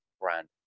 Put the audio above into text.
brand